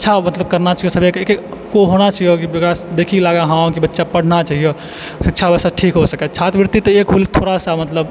अच्छा मतलब करना चाही सबो के कि हँ बच्चा पढना चाहियो शिक्षा व्यवस्था ठीक हो छात्रवृत्ति तऽ थोड़ा सऽ मतलब